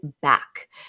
back